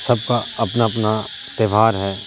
سب کا اپنا اپنا تیوہار ہے